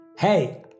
Hey